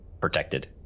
protected